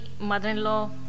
mother-in-law